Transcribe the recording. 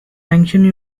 mentioned